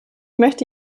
möchte